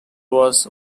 was